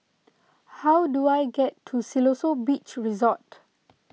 how do I get to Siloso Beach Resort